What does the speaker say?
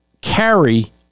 carry